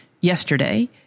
Yesterday